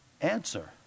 answer